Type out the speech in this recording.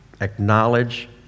acknowledge